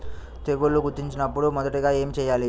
తెగుళ్లు గుర్తించినపుడు మొదటిగా ఏమి చేయాలి?